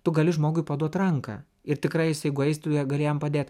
tu gali žmogui paduot ranką ir tikrai jis jeigu eis tu ją gali jam padėt